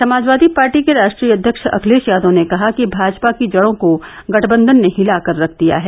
Samajwadi party के राश्ट्रीय अध्यक्ष अखिलेष यादव ने कहा कि भाजपा की जड़ों को गठबंधन ने हिला कर रख दिया है